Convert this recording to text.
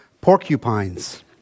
Porcupines